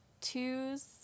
twos